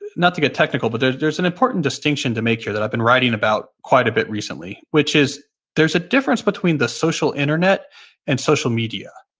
not to get technical, but there's there's an important distinction to make here that i've been writing about quite a bit recently, which is there's a difference between the social internet and social media.